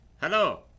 Hello